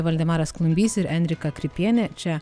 valdemaras klumbys ir enrika kripienė čia